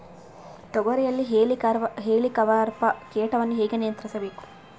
ತೋಗರಿಯಲ್ಲಿ ಹೇಲಿಕವರ್ಪ ಕೇಟವನ್ನು ಹೇಗೆ ನಿಯಂತ್ರಿಸಬೇಕು?